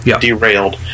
derailed